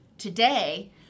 Today